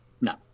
No